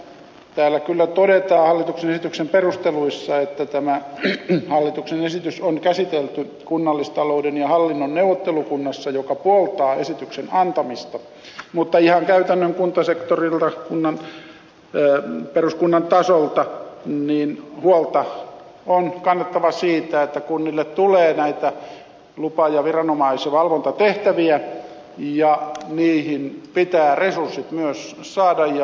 täällä hallituksen esityksen perusteluissa kyllä todetaan että tämä hallituksen esitys on käsitelty kunnallistalouden ja hallinnon neuvottelukunnassa joka puoltaa esityksen antamista mutta ihan käytännön kuntasektorilta peruskunnan tasolta huolta on kannettava siitä että kunnille tulee lupaviranomais ja valvontatehtäviä ja niihin pitää resurssit myös saada